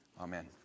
Amen